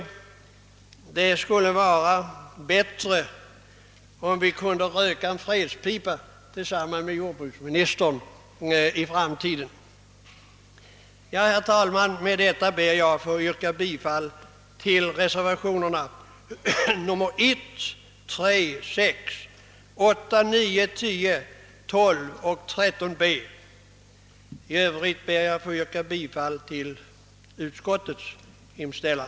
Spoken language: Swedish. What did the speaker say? Det skulle vara bättre om vi kunde röka en fredspipa tillsammans med jordbruksministern i framtiden. Herr talman! Med detta ber jag att få yrka bifall till reservationerna 1, 3, 6, 8, 9, 10, 12 och 13 b. I övrigt ber jag att få yrka bifall till utskottets hemställan.